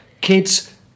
Kids